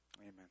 Amen